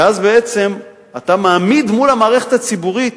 ואז בעצם אתה מעמיד מול המערכת הציבורית